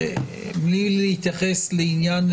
בלי להתייחס לעניין